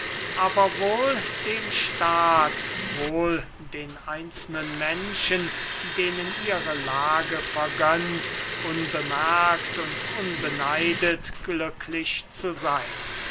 aber wohl dem staat wohl den einzelnen menschen denen ihre lage vergönnt unbemerkt und unbeneidet glücklich zu seyn